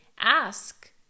Ask